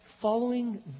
following